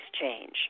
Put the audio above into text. change